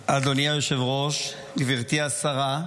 היושב-ראש, גברתי השרה,